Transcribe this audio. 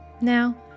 Now